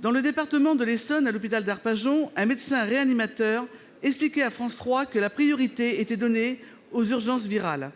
Dans le département de l'Essonne, à l'hôpital d'Arpajon, un médecin réanimateur expliquait à France 3 que la priorité était donnée aux urgences virales.